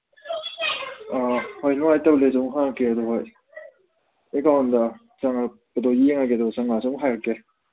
ꯑꯥ ꯍꯣꯏ ꯅꯨꯡꯉꯥꯏꯇꯕ ꯂꯩꯁꯨ ꯑꯃꯨꯛ ꯍꯪꯉꯛꯀꯦ ꯑꯗꯨꯒ ꯑꯦꯀꯥꯎꯟꯗ ꯆꯪꯉꯛꯄꯗꯨ ꯌꯦꯡꯉꯒꯦ ꯑꯗꯨꯒ ꯆꯪꯉꯛ ꯑꯁꯨ ꯑꯃꯨꯛ ꯍꯥꯏꯔꯛꯀꯦ